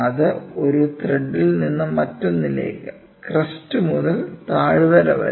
അത് ഒരു ത്രെഡിൽ നിന്ന് മറ്റൊന്നിലേക്ക് ക്രെസ്റ് മുതൽ താഴ്വര വരെ